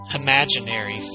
imaginary